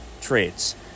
traits